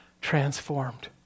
transformed